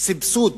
סבסוד